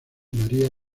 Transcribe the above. maría